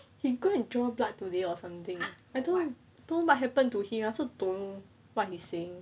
he go and draw blood today or something I don't want don't know what happened to him lah so don't what he is saying